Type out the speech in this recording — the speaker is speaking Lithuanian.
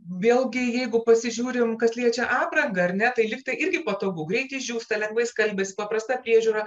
vėlgi jeigu pasižiūrim kas liečia aprangą ar ne tai lygtai irgi patogu greitai džiūsta lengvai skalbiasi paprasta priežiūra